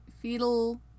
fetal